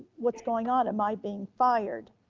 what's going on? am i being fired?